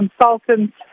consultants